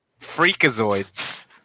freakazoids